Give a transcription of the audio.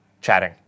chatting